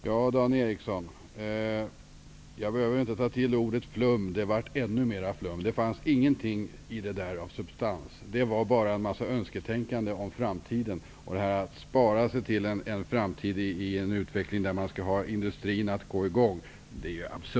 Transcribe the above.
Herr talman! Jag behöver inte ta till ordet flum. Det blev ännu mera flum. Det fanns ingenting av substans. Det var bara en massa önsketänkande om framtiden. Det är absurt att spara sig till en framtid där industrin skall komma i gång igen.